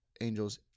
Angels